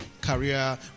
career